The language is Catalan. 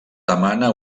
demana